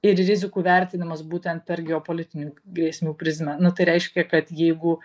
ir rizikų vertinimas būtent per geopolitinių grėsmių prizmę na tai reiškia kad jeigu